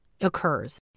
occurs